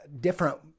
different